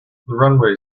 runway